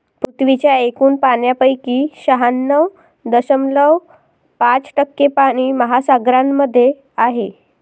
पृथ्वीच्या एकूण पाण्यापैकी शहाण्णव दशमलव पाच टक्के पाणी महासागरांमध्ये आहे